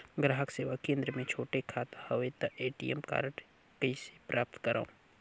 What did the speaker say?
ग्राहक सेवा केंद्र मे छोटे खाता हवय त ए.टी.एम कारड कइसे प्राप्त करव?